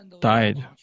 died